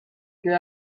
que